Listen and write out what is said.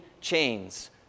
chains